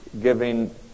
giving